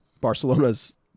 barcelona's